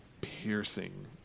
piercing